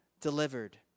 delivered